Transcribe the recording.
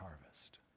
harvest